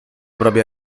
propria